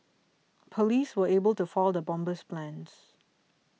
police were able to foil the bomber's plans